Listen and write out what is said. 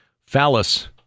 phallus